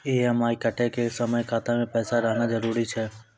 EMI कटै के समय खाता मे पैसा रहना जरुरी होय छै